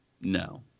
No